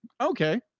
Okay